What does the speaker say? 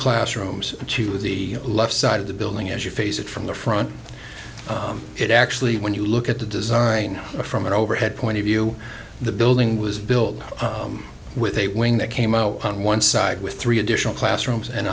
classrooms to the left side of the building as you face it from the front it actually when you look at the design from an overhead point of view the building was built with a wing that came out on one side with three additional classrooms and